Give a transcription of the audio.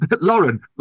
Lauren